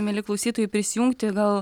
mieli klausytojai prisijungti gal